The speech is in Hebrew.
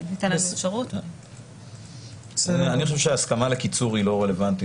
אני חושב שההסכמה לקיצור היא לא רלוונטית